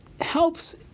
helps